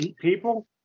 People